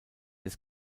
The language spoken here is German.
des